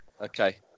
okay